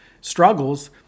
struggles